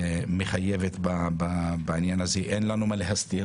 תהיה מחייבת בעניין הזה, אין לנו מה להסתיר.